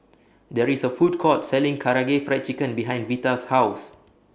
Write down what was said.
There IS A Food Court Selling Karaage Fried Chicken behind Vita's House